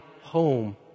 home